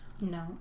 No